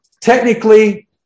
technically